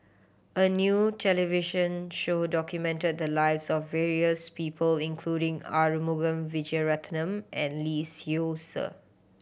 a new television show documented the lives of various people including Arumugam Vijiaratnam and Lee Seow Ser